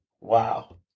wow